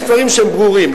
יש דברים שהם ברורים,